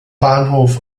bahnhof